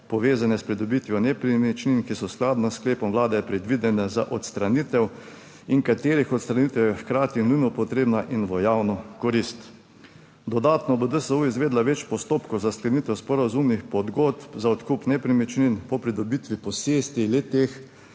povezane s pridobitvijo nepremičnin, ki so skladno s sklepom vlade predvidene za odstranitev in katerih odstranitev je hkrati nujno potrebna in v javno korist. Dodatno bo DSU izvedla več postopkov za sklenitev sporazumnih pogodb za odkup nepremičnin po pridobitvi posesti le teh